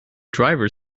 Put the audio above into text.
driver